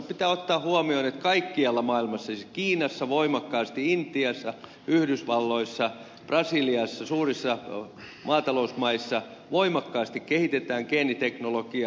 pitää ottaa huomioon että kaikkialla maailmassa esimerkiksi kiinassa voimakkaasti intiassa yhdysvalloissa brasiliassa suurissa maatalousmaissa voimakkaasti kehitetään geeniteknologiaa